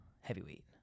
Heavyweight